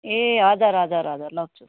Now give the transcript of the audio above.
ए हजुर हजुर हजुर लप्चू